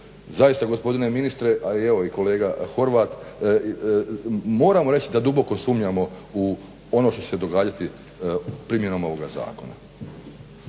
zaista gospodine ministre, a i evo i kolega Horvat, moramo reći da duboko sumnjamo u ono što će se događati primjenom ovoga zakona.